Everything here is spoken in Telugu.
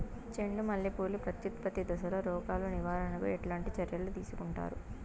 చెండు మల్లె పూలు ప్రత్యుత్పత్తి దశలో రోగాలు నివారణకు ఎట్లాంటి చర్యలు తీసుకుంటారు?